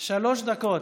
שלוש דקות.